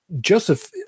Joseph